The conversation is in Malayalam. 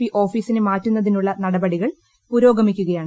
പി ഓഫീസിനെ മാറ്റുന്നതിനുള്ള നടപടികൾ പുരോഗമിക്കുകയാണ്